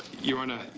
your honor,